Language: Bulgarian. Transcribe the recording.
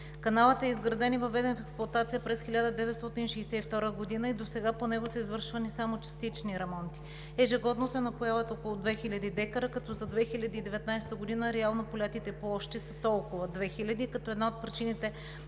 Каналът е изграден и въведен в експлоатация през 1962 г. и досега по него са извършвани само частични ремонти. Ежегодно се напояват около две хиляди декара, като за 2019 г. реално полетите площи са толкова – две хиляди, като една от причините